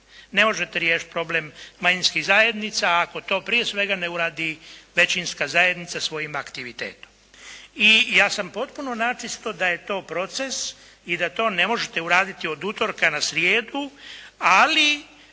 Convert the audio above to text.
Ne možete riješiti problem manjinskih zajednica ako to prije svega ne uradi većinska zajednica svojim aktivitetom. I ja sam potpuno načisto da je to proces i da to ne možete uraditi od utorka na srijedu, ali